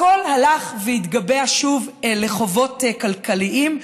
הכול הלך והתגבה שוב לחובות כלכליים.